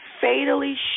fatally